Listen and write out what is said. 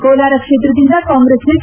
ಕೋಲಾರ ಕ್ಷೇತ್ರದಿಂದ ಕಾಂಗ್ರೆಸ್ನ ಕೆ